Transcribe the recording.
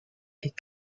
est